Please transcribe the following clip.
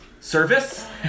service